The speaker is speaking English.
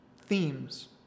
themes